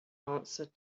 answered